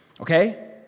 Okay